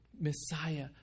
Messiah